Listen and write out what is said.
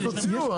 אז תוציאו.